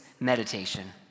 meditation